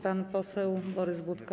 Pan poseł Borys Budka.